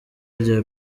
rya